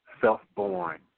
self-born